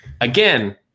Again